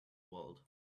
world